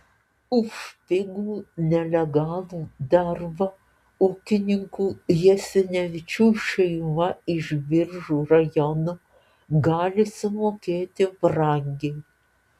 už pigų nelegalų darbą ūkininkų jasinevičių šeima iš biržų rajono gali sumokėti brangiai